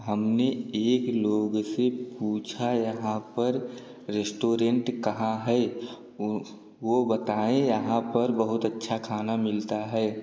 हम ने एक लोग से पूछा यहाँ पर रेस्टोरेंट कहाँ है वो वो बताएँ यहाँ पर बहुत अच्छा खाना मिलता है